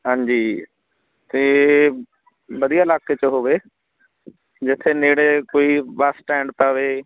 ਹਾਂਜੀ ਅਤੇ ਵਧੀਆ ਇਲਾਕੇ 'ਚ ਹੋਵੇ ਜਿੱਥੇ ਨੇੜੇ ਕੋਈ ਬੱਸ ਸਟੈਂਡ ਪਵੇ